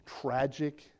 tragic